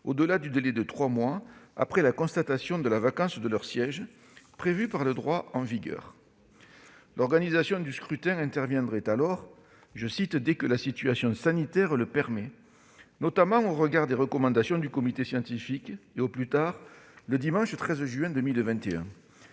au-delà du délai de trois mois après la constatation de la vacance de leur siège, prévu par le droit en vigueur. L'organisation du scrutin interviendrait alors « dès que la situation sanitaire le permet », notamment au regard des recommandations du comité scientifique, et au plus tard le dimanche 13 juin 2021.